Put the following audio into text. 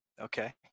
Okay